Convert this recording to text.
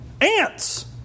Ants